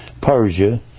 Persia